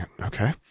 okay